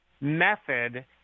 method